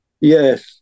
Yes